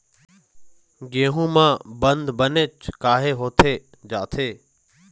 गेहूं म बंद बनेच काहे होथे जाथे?